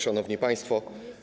Szanowni Państwo!